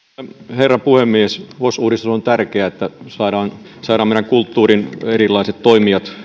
herra puhemies vos uudistus on tärkeä että saadaan meidän kulttuurin erilaiset toimijat